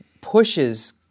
pushes